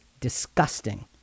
disgusting